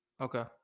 okay